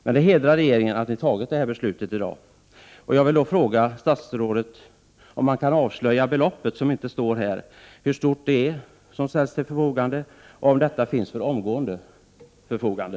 Men det hedrar regeringen att ni i dag fattat det här beslutet, och jag vill fråga: Kan statsrådet avslöja hur stort det belopp är som nu görs tillgängligt och om dessa pengar omgående ställs till förfogande?